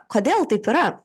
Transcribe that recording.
kodėl taip yra